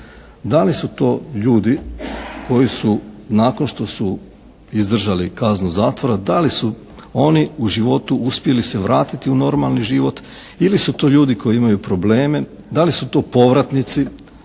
da li su to ljudi koji su nakon što su izdržali kaznu zatvora, da li su oni u životu uspjeli se vratiti u normalni život, ili su to ljudi koji imaju probleme, da li su to povratnici